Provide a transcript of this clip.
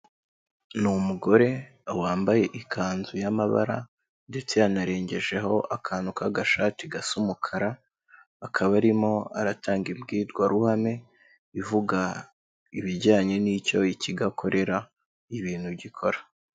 Ni umugore wambaye ikanzu y'amabara ndetse yanarengejeho akantu k'agashati gasa umukara, akaba arimo aratanga imbwirwaruhame ivuga ibijyanye n'icyo ikigo akorera ibintu gikora.